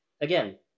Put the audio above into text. again